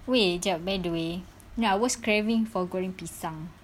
wei jap by the way ya I was craving for goreng pisang